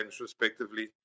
respectively